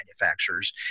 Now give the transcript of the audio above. manufacturers